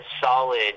solid